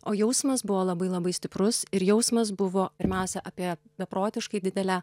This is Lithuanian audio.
o jausmas buvo labai labai stiprus ir jausmas buvo pirmiausia apie beprotiškai didelę